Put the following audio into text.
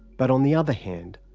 but, on the other hand,